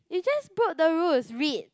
you just broke the rules read